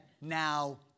now